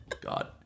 God